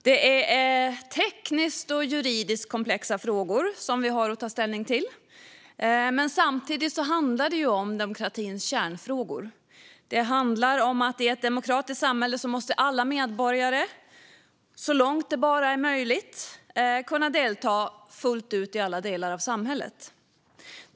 Det är tekniskt och juridiskt komplexa frågor vi har att ta ställning till, men samtidigt handlar det om demokratins kärnfrågor. I ett demokratiskt samhälle måste alla medborgare, så långt det bara är möjligt, kunna delta fullt ut i alla delar av samhället.